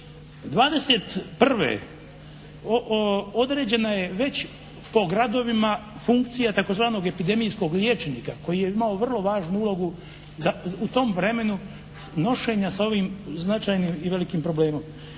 '21. određena je već po gradovima funkcija tzv. epidemijskog liječnika koji je imao vrlo važnu ulogu u tom vremenu nošenja sa ovim značajnim i velikim problemom.